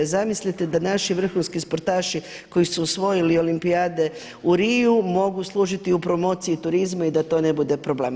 Zamislite da naši vrhunski sportaši koji su osvojili olimpijade u Riju mogu služiti u promociji turizma i da to ne bude problem.